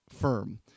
firm